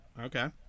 okay